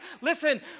listen